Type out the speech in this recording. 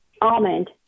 Almond